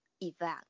event